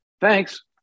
thanks